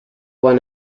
one